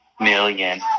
million